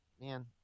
man